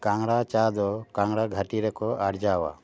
ᱠᱟᱝᱲᱟ ᱪᱟ ᱫᱚ ᱠᱟᱝᱲᱟ ᱜᱷᱟᱴᱤ ᱨᱮᱠᱚ ᱟᱨᱡᱟᱣᱟ